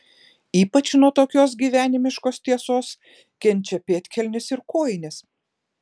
ypač nuo tokios gyvenimiškos tiesos kenčia pėdkelnės ir kojinės